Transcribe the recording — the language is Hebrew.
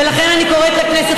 ולכן אני קוראת לכנסת,